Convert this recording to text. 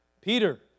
Peter